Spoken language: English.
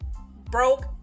broke